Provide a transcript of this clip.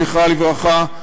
זיכרונם לברכה,